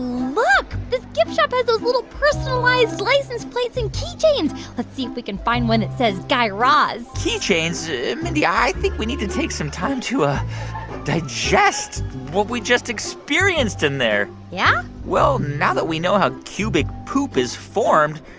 look, this gift shop has those little personalized license plates in key chains. let's see if we can find one that says guy raz key chains? mindy, i think we need to take some time to ah digest what we just experienced in there yeah? well, now that we know how cubic poop is formed,